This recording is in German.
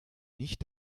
nicht